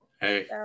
hey